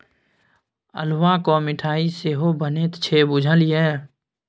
अल्हुआक मिठाई सेहो बनैत छै बुझल ये?